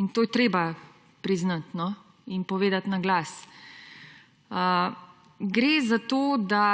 In to je treba priznati in povedati naglas. Gre za to, da